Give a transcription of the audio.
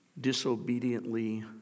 disobediently